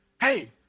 hey